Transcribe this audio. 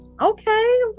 Okay